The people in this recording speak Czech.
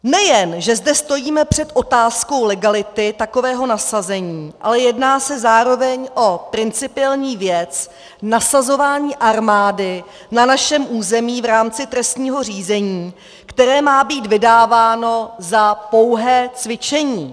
Nejen že zde stojíme před otázkou legality takového nasazení, ale jedná se zároveň o principiální věc nasazování armády na našem území v rámci trestního řízení, které má být vydáváno za pouhé cvičení.